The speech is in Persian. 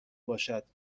باشد